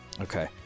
Okay